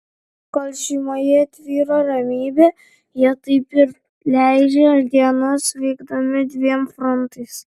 kol šeimoje tvyro ramybė jie taip ir leidžia dienas veikdami dviem frontais